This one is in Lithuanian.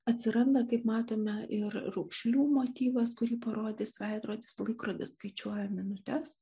atsiranda kaip matome ir raukšlių motyvas kurį parodys veidrodis laikrodis skaičiuoja minutes